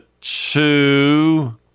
two